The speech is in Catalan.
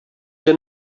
que